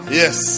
yes